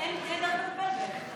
אין דרך לטפל בהם.